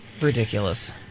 Ridiculous